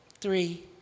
Three